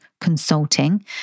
Consulting